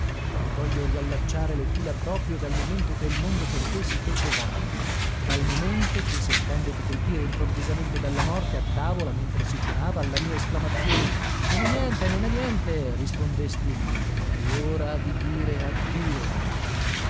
ma voglio riallacciare le fila proprio dal momento che il mondo per te si fece vano dal momento che sentendoti colpire improvvisamente dalla morte a tavola mentre si cenava alla mia esclamazione non è niente non è niente rispondesti l'ora di dire addio